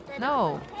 No